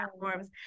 platforms